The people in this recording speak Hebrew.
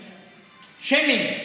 שיימינג?